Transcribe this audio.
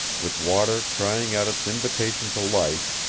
with water crying out its invitation to life,